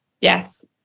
Yes